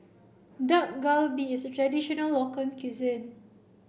Dak Galbi is a traditional local cuisine